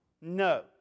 No